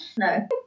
No